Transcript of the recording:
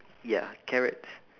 ya carrots